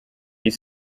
iyi